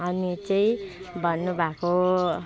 अनि चाहिँ भन्नु भएको